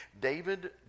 David